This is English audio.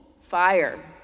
fire